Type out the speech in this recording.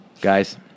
Guys